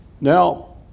Now